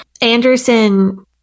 Anderson